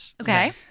Okay